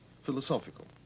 philosophical